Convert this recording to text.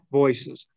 voices